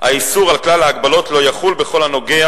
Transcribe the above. האיסור על כלל ההגבלות לא יחול בכל הנוגע